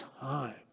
time